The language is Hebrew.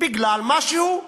בגלל מה שהוא.